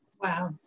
Wow